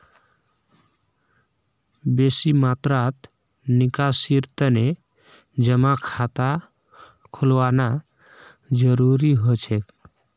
बेसी मात्रात निकासीर तने जमा खाता खोलवाना जरूरी हो छेक